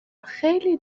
خیلی